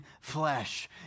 flesh